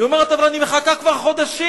היא אומרת: אבל אני מחכה כבר חודשים,